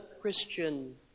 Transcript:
Christian